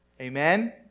Amen